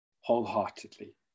wholeheartedly